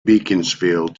beaconsfield